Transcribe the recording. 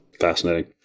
fascinating